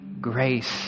grace